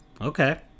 okay